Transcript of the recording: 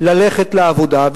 ללכת לעבודה.